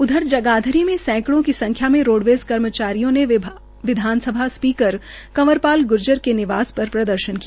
उधर जगाधरी में सैकड़ो की संख्या मे रोडवेज़ कर्मचारियों ने विधानसभा स्पीकर कंवरपाल ग्र्जर के निवास पर प्रदर्शन किया